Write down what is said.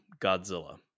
Godzilla